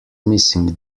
missing